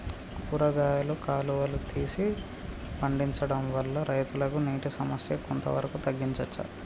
కూరగాయలు కాలువలు తీసి పండించడం వల్ల రైతులకు నీటి సమస్య కొంత వరకు తగ్గించచ్చా?